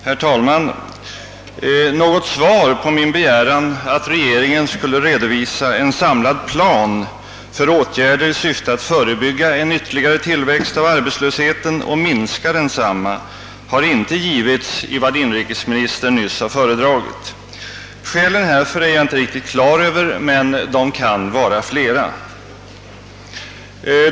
Herr talman! Något svar på min begäran att regeringen skulle redovisa en samlad plan för åtgärder i syfte att förebygga en ytterligare tillväxt av arbetslösheten och minska densamma har inte givits i vad inrikesministern nyss har föredragit. Skälen härför är jag inte riktigt klar över, men de kan vara flera.